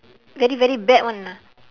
very very bad [one] ah